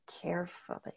carefully